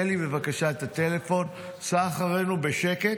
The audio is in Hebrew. תן לי בבקשה את הטלפון, סע אחרינו בשקט.